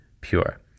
pure